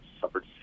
suffered